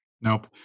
Nope